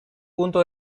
punto